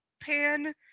pan